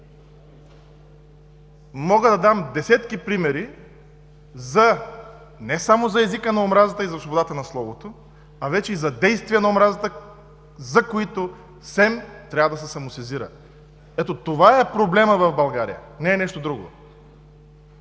Мога да дам десетки примери не само за езика на омразата и за свободата на словото, а вече и за действие на омразата, за които СЕМ трябва да се самосезира. Ето това е проблемът в България, не е нещо друго.